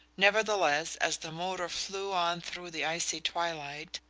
nevertheless, as the motor flew on through the icy twilight,